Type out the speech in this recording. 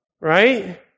right